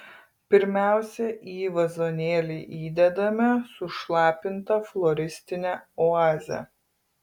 pirmiausia į vazonėlį įdedame sušlapintą floristinę oazę